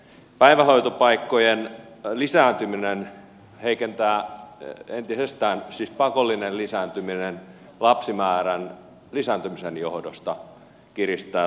päivähoitopaikkojen lisääntyminen siis pakollinen lisääntyminen lapsimäärän lisääntymisen johdosta kiristää taloutta